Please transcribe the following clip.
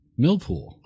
Millpool